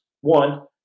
one